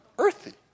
earthy